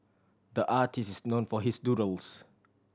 the artist is known for his doodles